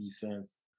defense